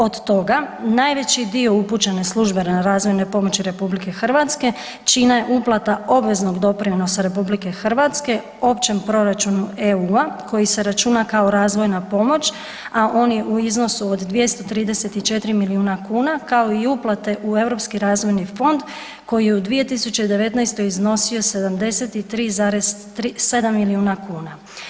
Od toga najveći dio upućene službene razvojne pomoći RH čine uplata obveznog doprinosa RH općem proračunu EU koji se računa kao razvojna pomoć, a oni u iznosu od 234 milijuna kuna kao i uplate u Europski razvojni fond koji je u 2019. iznosio 73,7 milijuna kuna.